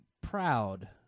proud